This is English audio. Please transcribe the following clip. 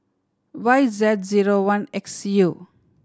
Y Z zero one X U